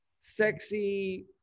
sexy